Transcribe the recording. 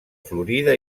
florida